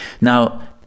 now